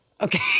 Okay